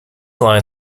line